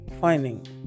finding